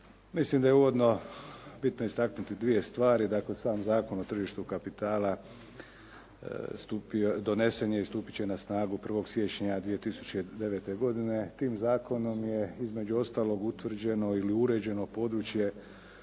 Mislim da je uvodno bitno istaknuti dvije stvari. Dakle sam Zakon o tržištu kapitala donesen je i stupit će na snagu 1. siječnja 2009. godine. Tim zakonom je između ostalog utvrđeno ili uređeno područje